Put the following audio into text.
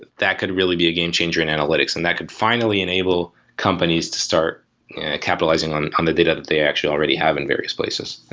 that that could really be a game changer in analytics, and that could finally enable companies to start capitalizing on on the data that they actually have in various places.